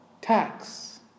tax